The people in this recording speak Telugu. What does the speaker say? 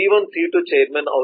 P1 C2 chairman